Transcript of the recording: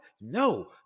No